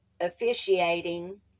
officiating